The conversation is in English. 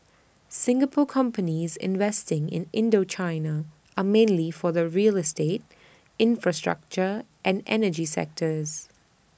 Singapore companies investing in Indochina are mainly from the real estate infrastructure and energy sectors